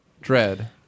Dread